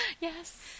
Yes